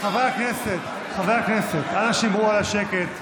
חברי הכנסת, חברי הכנסת, אנא, שמרו על השקט.